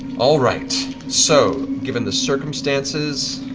all right, so. given the circumstances.